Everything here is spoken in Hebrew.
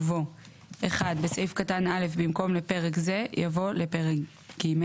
ובו - (1) בסעיף קטן (א) במקום "לפרק זה" יבוא "לפרג ג'"